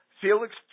Felix